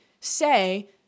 say